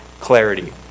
clarity